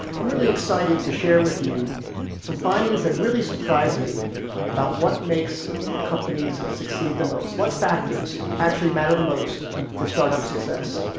i'm really excited to share with you some findings that really surprise me about what makes companies succeed the most, what factors actually matter the most for startup success.